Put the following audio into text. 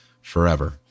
forever